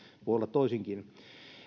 voi olla toisinkin